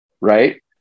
Right